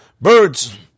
birds